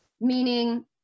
meaning